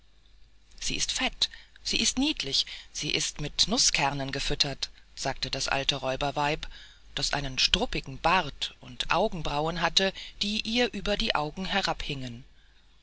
sie ist fett sie ist niedlich sie ist mit nußkernen gefüttert sagte das alte räuberweib die einen struppigen bart und augenbrauen hatte die ihr über die augen herabhingen